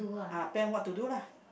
ah plan what to do lah